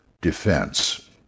defense